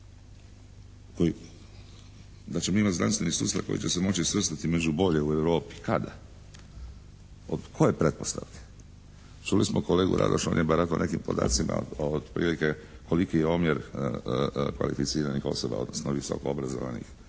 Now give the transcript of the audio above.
da ćemo imati znanstveni sustav koji će se moći svrstati među bolje u Europi. Kada? Od koje pretpostavke? Čuli smo kolegu Radoša. On je baratao nekim podacima otprilike koliki je omjer kvalificiranih osoba, odnosno visoko obrazovanih